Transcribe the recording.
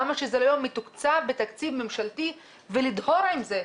למה זה לא מתוקצב בתקציב ממשלתי ולדהור עם זה?